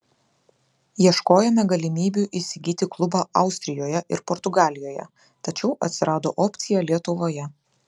ieškojome galimybių įsigyti klubą austrijoje ir portugalijoje tačiau atsirado opcija lietuvoje